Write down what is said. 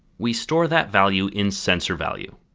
we store that value in sensorvalue.